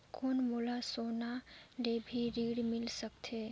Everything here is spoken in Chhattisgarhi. कौन मोला सोना ले भी ऋण मिल सकथे?